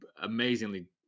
amazingly